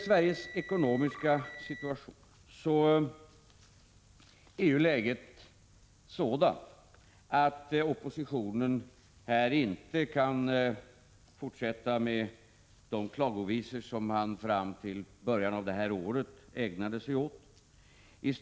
Sveriges ekonomiska situation är sådan att oppositionen inte kan fortsätta med de klagovisor som den fram till början av detta år har ägnat sig åt.